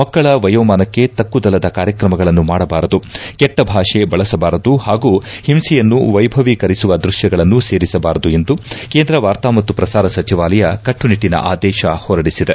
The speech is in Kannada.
ಮಕ್ಕಳ ವಯೋಮಾನಕ್ಕೆ ತಕ್ಕುದಲ್ಲದ ಕಾರ್ಯಕ್ರಮಗಳನ್ನು ಮಾಡಬಾರದು ಕೆಟ್ಟ ಭಾಷೆ ಬಳಸಬಾರದು ಹಾಗೂ ಒಂಸೆಯನ್ನು ವೈಭವೀಕರಿಸುವ ದೃಶ್ಯಗಳನ್ನು ಸೇರಿಸಬಾರದು ಎಂದು ಕೇಂದ್ರ ವಾರ್ತಾ ಮತ್ತು ಪ್ರಸಾರ ಸಚಿವಾಲಯ ಕಟ್ಟುನಿಟ್ಟಿನ ಆದೇಶ ಹೊರಡಿಸಿದೆ